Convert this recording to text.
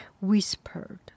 whispered